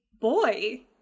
boy